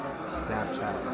Snapchat